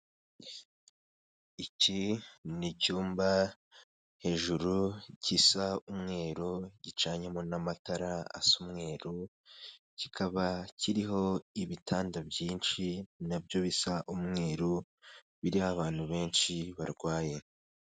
Iki ni icyumba hejuru kisa umweru, gicanyemo n'amatara asa umweru, kikaba kiriho ibitanda byinshi na byo bisa umweru, biriho abantu benshi barwaye.